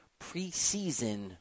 preseason